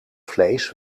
vlees